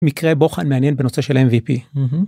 מקרה בוחן מעניין בנושא של mvp.